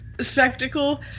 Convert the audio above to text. spectacle